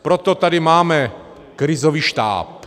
Proto tady máme krizový štáb.